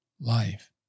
life